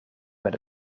met